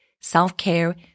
self-care